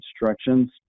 instructions